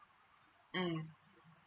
mm